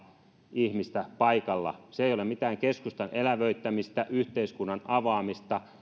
ihmistä paikalla se ei ole mitään keskustan elävöittämistä yhteiskunnan avaamista